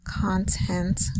content